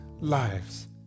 lives